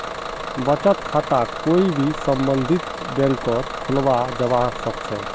बचत खाताक कोई भी सम्बन्धित बैंकत खुलवाया जवा सक छे